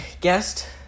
guest